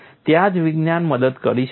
ત્યાં જ વિજ્ઞાન મદદ કરી શકે છે